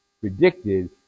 predicted